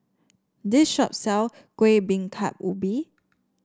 this shop sells Kueh Bingka Ubi